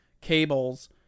cables